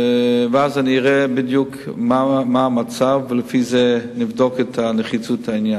ואז אני אראה בדיוק מה המצב ולפי זה נבדוק את נחיצות העניין.